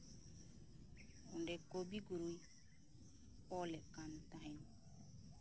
ᱚᱸᱰᱮ ᱠᱚᱵᱤ ᱜᱩᱨᱩᱭ ᱚᱞᱮᱫ ᱠᱟᱱ ᱛᱟᱦᱮᱸᱫ